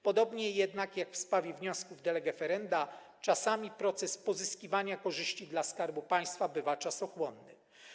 Podobnie jednak jak w sprawie wniosków de lege ferenda czasami proces pozyskiwania korzyści dla Skarbu Państwa bywa czasochłonny.